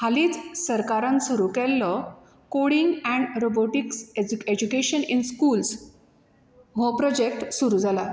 हालीच सरकारान सुरू केल्लो coding and robotics education in schools हो प्रोजेक्ट सुरू जालां